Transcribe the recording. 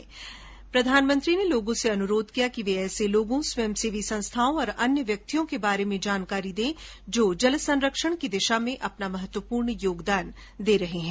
नरेन्द्र मोदी ने लोगों से अनुरोध किया कि वे ऐसे लोगों स्वंयसेवी संस्थाओं और अन्य व्यक्तियों के बारे में जानकारी दें जो जल संरक्षण की दिशा में महत्वपूर्ण योगदान दे रहे हैं